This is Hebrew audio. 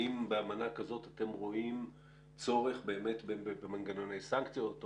האם באמנה כזאת אתם רואים צורך במנגנוני סנקציות?